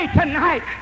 tonight